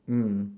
mm